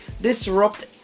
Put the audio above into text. disrupt